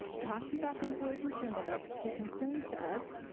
talk to you about things that are concerns but to concerns to us.